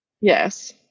Yes